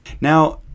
Now